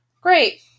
Great